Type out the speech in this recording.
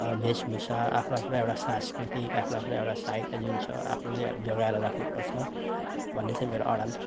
वेशभूषा आफ्नो आफ्नो एउटा सांस्कृतिक आफ्नो आफ्नो एउटा आफ्नो साहित्य जुन छ आफूले जोगाएर राख्नुपर्छ भन्ने चाहिँ मेरो अडान